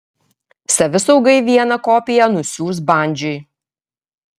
savisaugai vieną kopiją nusiųs bandžiui